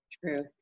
true